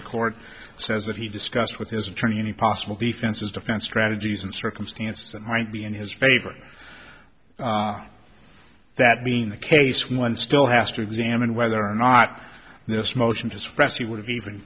the court says that he discussed with his attorney any possible defenses defense strategies and circumstance that might be in his favor that being the case one still has to examine whether or not this motion to suppress he would have even